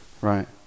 right